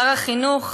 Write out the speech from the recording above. שר החינוך,